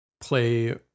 play